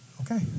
Okay